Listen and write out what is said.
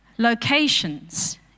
locations